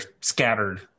scattered